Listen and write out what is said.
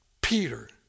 Peter